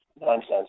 nonsense